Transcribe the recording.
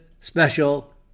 special